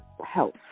health